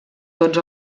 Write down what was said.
tots